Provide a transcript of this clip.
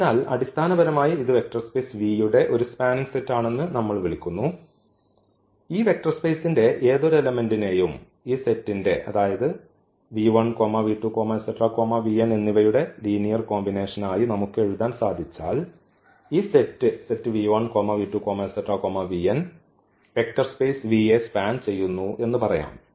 അതിനാൽ അടിസ്ഥാനപരമായി ഇത് വെക്റ്റർ സ്പേസ് V യുടെ ഒരു സ്പാനിങ് സെറ്റ് ആണെന്ന് നമ്മൾവിളിക്കുന്നു ഈ വെക്റ്റർ സ്പേസിന്റെ ഏതൊരു എലമെന്റ്നെയും ഈ സെറ്റ്ന്റെ അതായത് എന്നിവയുടെ ലീനിയർ കോമ്പിനേഷൻ ആയി നമുക്ക് എഴുതാൻ സാധിച്ചാൽ ഈ സെറ്റ് വെക്റ്റർ സ്പേസ് V യെ സ്പാൻ ചെയ്യുന്നു എന്ന് പറയാം